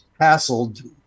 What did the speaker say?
hassled